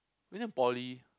when in poly